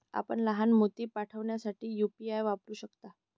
आपण लहान मोती पाठविण्यासाठी यू.पी.आय वापरू शकता